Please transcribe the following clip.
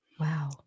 Wow